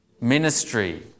ministry